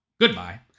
Goodbye